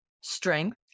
strength